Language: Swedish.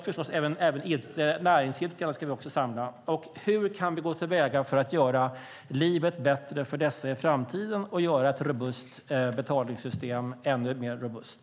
Näringsidkarna ska vi förstås också samla, och då är frågan hur vi kan gå till väga för att i framtiden göra livet bättre för dem och göra ett robust betalningssystem ännu mer robust.